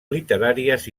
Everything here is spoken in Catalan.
literàries